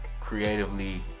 creatively